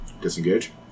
Disengage